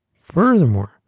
Furthermore